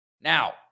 Now